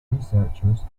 researchers